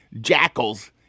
jackals